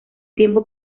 tiempo